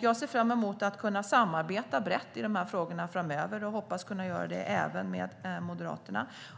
Jag ser fram emot att kunna samarbeta brett i de här frågorna framöver, och jag hoppas kunna göra det även med Moderaterna.